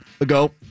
ago